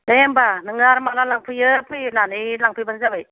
दे होनबा नोङो आरो माला लांफैयो फैनानै लांफैबानो जाबाय